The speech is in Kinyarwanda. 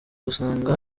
gusanga